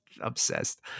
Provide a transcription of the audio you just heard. obsessed